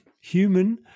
human